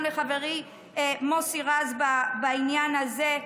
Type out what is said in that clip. גם לחברי מוסי רז בעניין הזה.